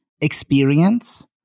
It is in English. experience